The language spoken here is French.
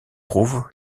prouve